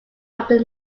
after